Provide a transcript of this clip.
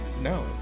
No